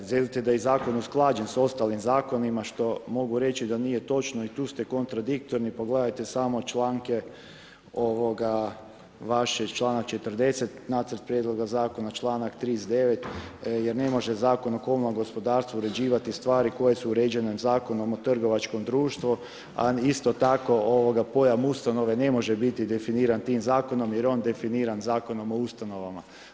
Velite da je zakon usklađen sa ostalim zakonima što mogu reći da nije točno i tu ste kontradiktorni, pogledajte samo članke vašeg članka 40. nacrt prijedloga zakona, članak 39. jer ne može Zakon o komunalnom gospodarstvu uređivati stvari koje su uređene Zakonom o trgovačkom društvu, a isto tako pojam ustanove ne može biti definiran tim zakonom jer je on definiran Zakonom o ustanovama.